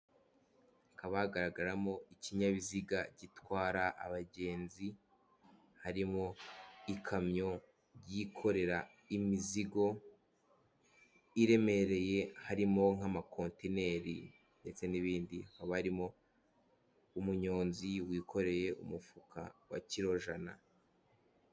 Hakaba hagaragaramo ikinyabiziga gitwara abagenzi, harimo ikamyo yikorera imizigo iremereye, harimo nk'amakontineri ndetse n'ibindi. Hakaba harimo umunyonzi wikoreye umufuka wa kiro jana.